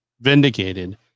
vindicated